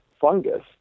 fungus